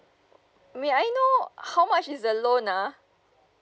may I know how much is the loan ah